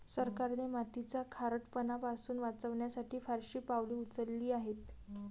सरकारने मातीचा खारटपणा पासून वाचवण्यासाठी फारशी पावले उचलली आहेत